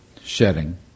shedding